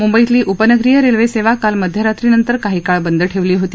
मुंबईतली उपनगरीय रेल्वेसेवा काल मध्यरात्रीनंतर काही काळ बंद ठेवली होती